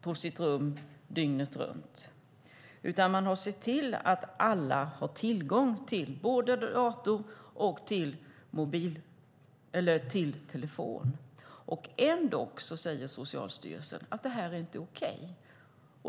på sitt rum dygnet runt, men man har sett till att alla har tillgång till både dator och telefon. Ändock säger Socialstyrelsen att det inte är okej.